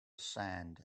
sand